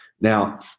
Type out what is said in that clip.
Now